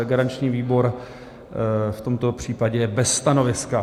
Garanční výbor v tomto případě je bez stanoviska.